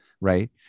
Right